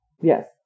Yes